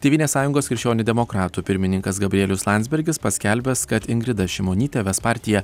tėvynės sąjungos krikščionių demokratų pirmininkas gabrielius landsbergis paskelbęs kad ingrida šimonytė ves partiją